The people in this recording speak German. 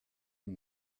ihm